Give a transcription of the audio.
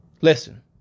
Listen